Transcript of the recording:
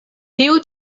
tiu